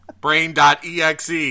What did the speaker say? Brain.exe